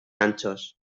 anchos